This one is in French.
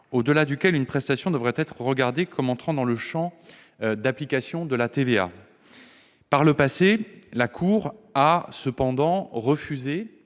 au-delà duquel une prestation devrait être regardée comme entrant dans le champ d'application de la TVA. Par le passé, la Cour de justice